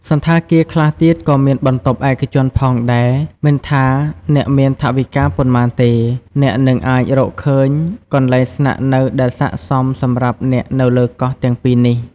សណ្ឋាគារ ខ្លះទៀតក៏មានបន្ទប់ឯកជនផងដែរ មិនថាអ្នកមានថវិកាប៉ុន្មានទេ អ្នកនឹងអាចរកឃើញកន្លែងស្នាក់នៅដែលស័ក្តិសមសម្រាប់អ្នកនៅលើកោះទាំងពីរនេះ។